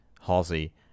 halsey